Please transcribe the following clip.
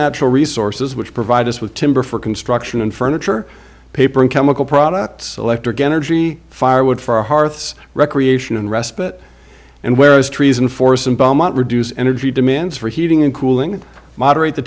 natural resources which provide us with timber for construction and furniture paper and chemical products electric energy firewood for hearths recreation and respite and where is treason for some reduce energy demands for heating and cooling moderate the